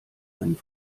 einen